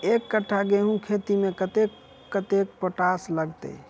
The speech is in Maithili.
एक कट्ठा गेंहूँ खेती मे कतेक कतेक पोटाश लागतै?